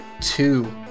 Two